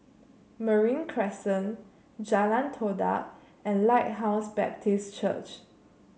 Marine Crescent Jalan Todak and Lighthouse Baptist Church